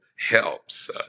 helps